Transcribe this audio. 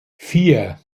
vier